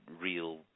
real